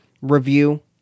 review